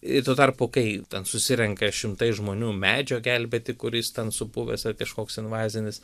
ir tuo tarpu kai ten susirenka šimtai žmonių medžio gelbėti kuris ten supuvęs kažkoks invazinis